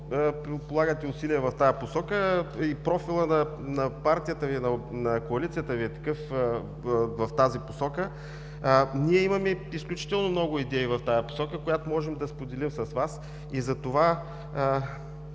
че полагате усилия в тази посока и профилът на партията Ви, на коалицията Ви е такъв, в тази посока. Ние имаме изключително много идеи в тази посока, които можем да споделим с Вас, и затова